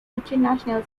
international